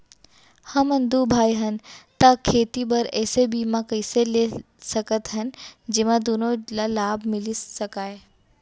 हमन दू भाई हन ता खेती बर ऐसे बीमा कइसे ले सकत हन जेमा दूनो ला लाभ मिलिस सकए?